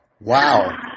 Wow